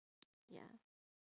ya